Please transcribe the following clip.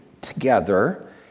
together